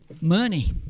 money